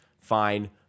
fine